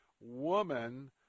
woman